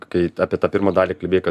kai apie tą pirmą dalį kalbėjai kad